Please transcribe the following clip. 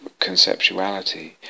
conceptuality